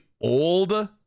old